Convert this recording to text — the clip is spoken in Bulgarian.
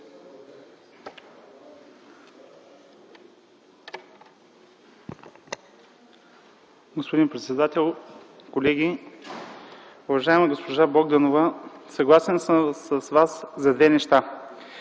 Господин председател, колеги! Уважаема госпожо Богданова, съгласен съм с Вас за две неща.